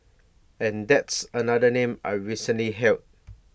and that's another name I've recently held